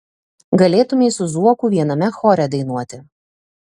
galėtumei su zuoku viename chore dainuoti